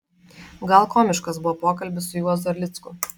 gal komiškas buvo pokalbis su juozu erlicku